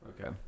Okay